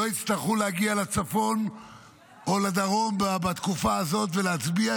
שלא יצטרכו להגיע לצפון או לדרום בתקופה הזאת ולהצביע.